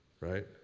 right